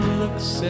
looks